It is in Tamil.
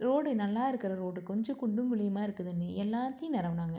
ரோடு நல்லா இருக்கிற ரோடு கொஞ்சம் குண்டு குழியுமாக இருக்குதுன்னு எல்லாத்தையும் நிரவுனாங்க